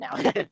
now